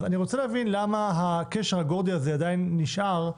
אני רוצה להבין למה קשר הגורדי הזה עדיין נשאר,